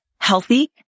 healthy